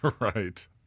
Right